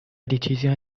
decisione